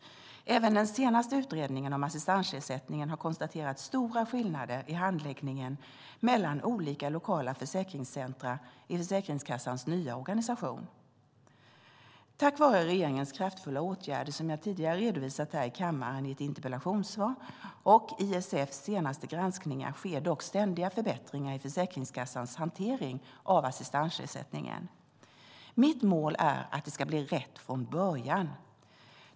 Även den senaste utredningen om assistansersättningen har konstaterat stora skillnader i handläggningen mellan olika lokala försäkringscentrum i Försäkringskassans nya organisation. Tack vare regeringens kraftfulla åtgärder, som jag tidigare har redovisat här i kammaren i ett interpellationssvar, och ISF:s senaste granskningar sker dock ständiga förbättringar i Försäkringskassans hantering av assistansersättningen. Mitt mål är att det ska bli rätt från början.